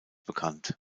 bekannt